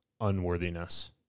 unworthiness